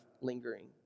lingering